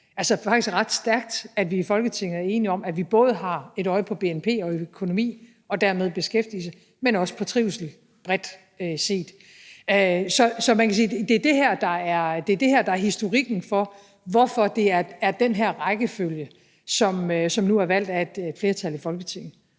det faktisk er ret stærkt, at vi i Folketinget er enige om, at vi både har et øje på bnp og økonomi og dermed beskæftigelse, men også på trivsel bredt set. Så man kan sige, at det er det her, der er historikken for, hvorfor det er den her rækkefølge, som nu er valgt af et flertal i Folketinget.